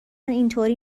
اینطوری